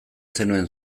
zenuen